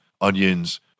onions